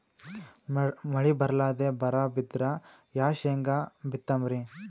ಮಳಿ ಬರ್ಲಾದೆ ಬರಾ ಬಿದ್ರ ಯಾ ಶೇಂಗಾ ಬಿತ್ತಮ್ರೀ?